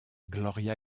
gloria